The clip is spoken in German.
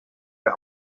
der